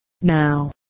Now